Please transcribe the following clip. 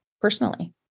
personally